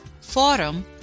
Forum